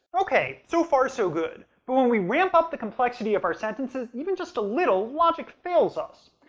okay so far, so good. but when we ramp up the complexity of our sentences, even just a little, logic fails us.